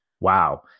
wow